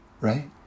Right